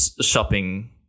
shopping